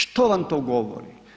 Što vam to govori?